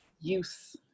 youth